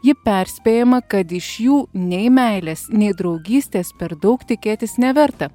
ji perspėjama kad iš jų nei meilės nei draugystės per daug tikėtis neverta